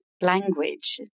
language